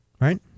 right